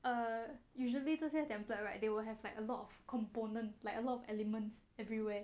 err usually 这些 template right they will have like a lot of component like a lot of elements everywhere